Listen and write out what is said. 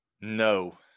No